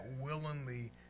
willingly